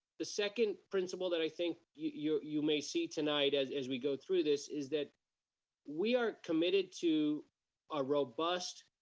the second principle that i think you you may see tonight as as we go through this is that we are committed to a robust